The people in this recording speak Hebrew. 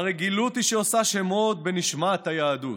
הרגילות היא שעושה שמות בנשמת היהדות.